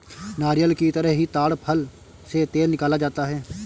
नारियल की तरह ही ताङ फल से तेल निकाला जाता है